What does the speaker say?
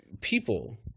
people